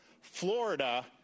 Florida